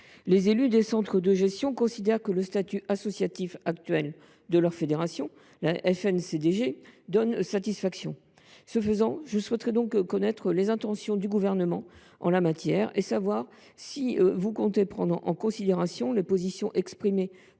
Les élus des centres de gestion considèrent que le statut associatif actuel de la FNCDG donne satisfaction. Aussi, je souhaite connaître les intentions du Gouvernement en la matière et savoir s’il compte prendre en considération les positions exprimées